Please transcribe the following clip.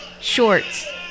shorts